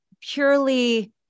purely